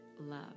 love